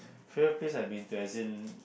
favourite place I've been to as in